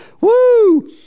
Woo